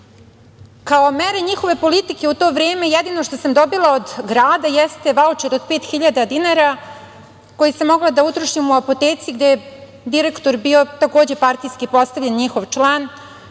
mere njihove politike u to vreme jedino što sam dobila od grada jeste vaučer od 5.000 dinara, koji sam mogla da utrošim u apoteci gde je direktor bio, takođe, partijski postavljen, njihov član